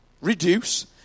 Reduce